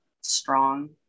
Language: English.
strong